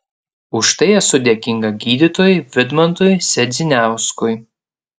už tai esu dėkinga gydytojui vidmantui sedziniauskui